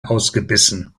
ausgebissen